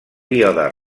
iode